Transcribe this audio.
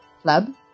club